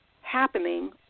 happening